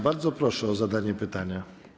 Bardzo proszę o zadanie pytania.